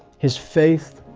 his faith,